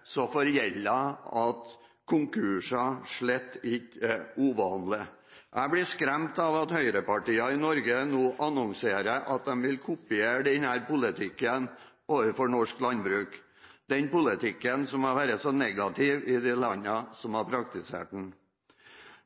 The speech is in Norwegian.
at konkurser slett ikke er uvanlig. Jeg blir skremt av at høyrepartiene i Norge nå annonserer at de vil kopiere denne politikken overfor norsk landbruk – den samme politikken som har vært så negativ i de landene som har praktisert den.